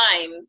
time